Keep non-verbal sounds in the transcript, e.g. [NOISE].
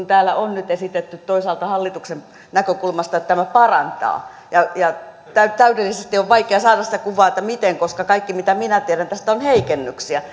[UNINTELLIGIBLE] täällä on nyt esitetty toisaalta hallituksen näkökulmasta että tämä parantaa ja ja täydellisesti on vaikea saada sitä kuvaa miten se parantaa koska kaikki mitä minä tiedän tästä on heikennystä